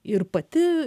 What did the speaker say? ir pati